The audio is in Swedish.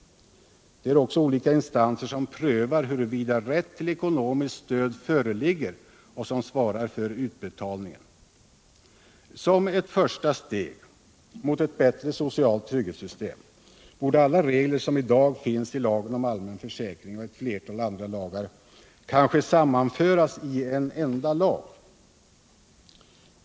Det är också olika instanser som prövar huruvida rätt till ekonomiskt stöd föreligger och som svarar för utbetalningen. Som ett första steg mot ett bättre socialt trygghetssystem borde alla regler som i dag finns i lagen om allmän försäkring och ett flertal andra lagar kanske sammanföras i en enda lag.